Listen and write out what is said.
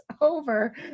over